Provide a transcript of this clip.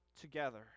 together